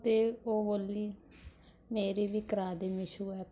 ਅਤੇ ਉਹ ਬੋਲੀ ਮੇਰੀ ਵੀ ਕਰਾ ਦੇ ਮੀਸ਼ੋ ਐਪ ਤੋਂ